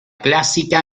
clásica